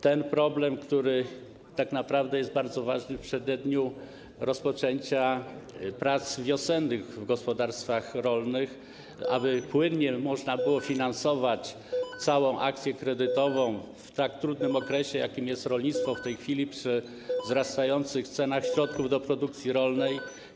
Ten problem tak naprawdę jest bardzo ważny w przededniu rozpoczęcia prac wiosennych w gospodarstwach rolnych, aby można było płynnie finansować całą akcję kredytową w tak trudnej sytuacji, w jakiej jest rolnictwo w tej chwili, przy wzrastających cenach środków do produkcji rolnej.